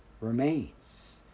remains